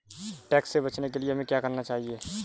Tax से बचने के लिए हमें क्या करना चाहिए?